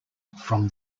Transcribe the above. from